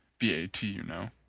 b. a. t. you know.